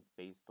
Facebook